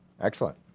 excellent